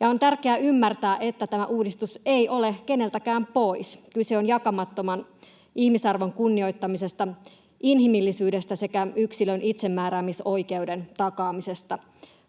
On tärkeää ymmärtää, että tämä uudistus ei ole keneltäkään pois. Kyse on jakamattoman ihmisarvon kunnioittamisesta, [Mai Kivelä: Niin just!] inhimillisyydestä sekä yksilön itsemääräämisoikeuden takaamisesta.